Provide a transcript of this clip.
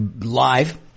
live